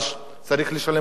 צריך לשלם את המחיר?